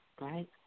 Right